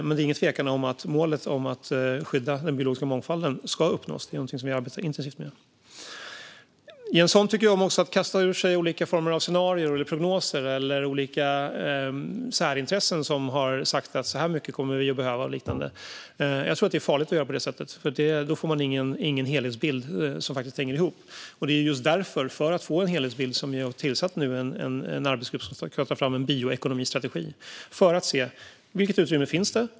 Men det är ingen tvekan om att målet om att skydda den biologiska mångfalden ska uppnås. Det är någonting som vi arbetar intensivt med. Jens Holm tycker om att kasta ur sig olika former av scenarier eller prognoser eller vad olika särintressen har sagt om hur mycket vi kommer att behöva och liknande. Jag tror att det är farligt att göra på det sättet, för då får man ingen helhetsbild som hänger ihop. Det är just därför, för att få en helhetsbild, som vi nu har tillsatt en arbetsgrupp som ska ta fram en bioekonomistrategi. Det handlar om att se: Vilket utrymme finns det?